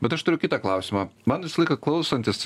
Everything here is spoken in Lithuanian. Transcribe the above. bet aš turiu kitą klausimą man visą laiką klausantis